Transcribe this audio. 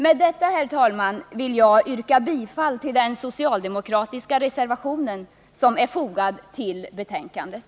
Med detta, herr talman, vill jag yrka bifall till den socialdemokratiska reservation som är fogad till betänkandet.